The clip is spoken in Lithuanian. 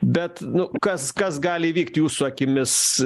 bet nu kas kas gali įvykti jūsų akimis